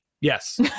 yes